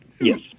Yes